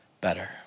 better